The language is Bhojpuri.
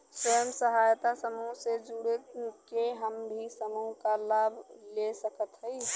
स्वयं सहायता समूह से जुड़ के हम भी समूह क लाभ ले सकत हई?